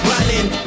Running